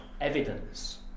evidence